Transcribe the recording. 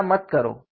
ऐसा मत करो